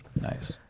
Nice